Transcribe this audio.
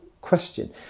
question